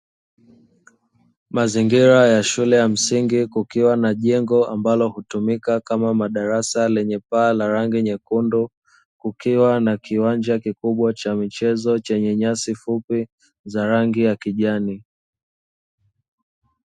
Mazingira ya shule ya msingi, kukiwa na jengo ambalo hutumika kama madarasa, lenye paa la rangi nyekundu, kukiwa na kiwanja kikubwa cha michezo chenye nyasi fupi za rangi ya kijani.